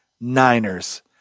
Niners